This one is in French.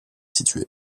située